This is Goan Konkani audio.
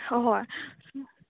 होय